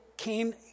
came